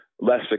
less